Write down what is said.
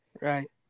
Right